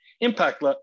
impact